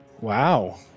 Wow